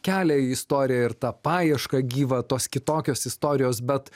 kelią į istoriją ir tą paiešką gyvą tos kitokios istorijos bet